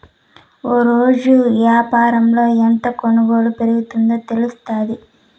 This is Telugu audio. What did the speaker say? ఒకరోజు యాపారంలో ఎంత కొనుగోలు పెరిగిందో తెలుత్తాది